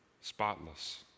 spotless